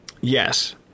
Yes